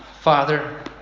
Father